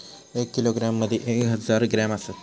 एक किलोग्रॅम मदि एक हजार ग्रॅम असात